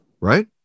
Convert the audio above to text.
Right